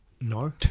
No